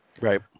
Right